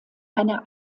eine